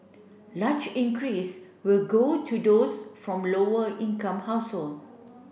larger increase will go to those from lower income household